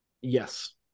yes